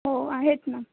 हो आहेत ना